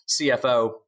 CFO